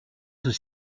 tous